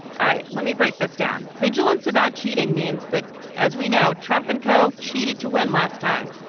all right. let me break this down. vigilance about cheating means that as we know, trump and co cheated to win last time.